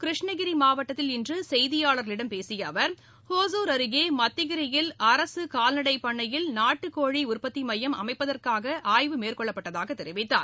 கிருஷ்ணகிரி மாவட்டத்தில் இன்று செய்தியாளர்களிடம் பேசிய அவர் ஒசூர் அருகே மத்திகிரியில் அரசு கால்நடை பண்ணையில் நாட்டுக் கோழி உற்பத்தி மையம் அமைப்பதற்கான ஆய்வு மேற்கொள்ளப்பட்டதாக தெரிவித்தார்